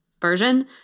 version